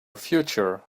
future